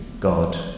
God